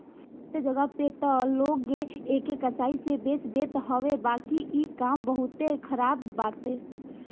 बहुते जगही पे तअ लोग एके कसाई से बेच देत हवे बाकी इ काम बहुते खराब बाटे